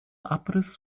abriss